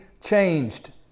changed